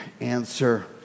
answer